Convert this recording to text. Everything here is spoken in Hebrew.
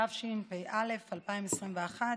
התשפ"א 2021,